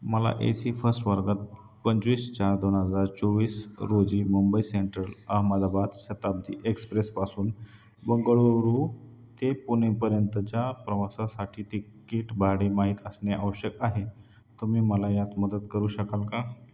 मला A C first वर्गात पंचवीस चार दोन हजार चोवीस रोजी मुंबई सेंट्रल अहमदाबाद शताब्दी एक्सप्रेसपासून बंगळरू ते पुणे पर्यंतच्या प्रवासासाठी तिकीट भाडे माहीत असणे आवश्यक आहे तुम्ही मला यात मदत करू शकाल का